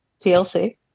TLC